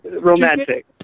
romantic